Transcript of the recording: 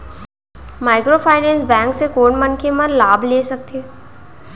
Microfinance bank से कोन मनखे मन लाभ ले सकथे?